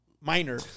minor